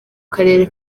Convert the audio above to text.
karere